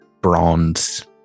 bronze